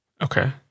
Okay